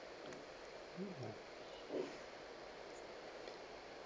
mm